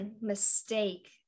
mistake